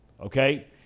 okay